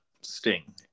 Sting